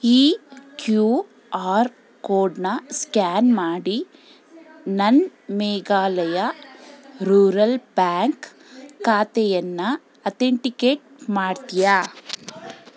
ಈ Q R ಕೋಡನ್ನ scan ಮಾಡಿ ನನ್ನ ಮೇಘಾಲಯ ರೂರಲ್ ಬ್ಯಾಂಕ್ ಖಾತೆಯನ್ನು ಅತೆಂಟಿಕೇಟ್ ಮಾಡ್ತೀಯಾ